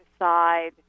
decide